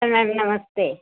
तो मैम नमस्ते